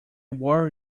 were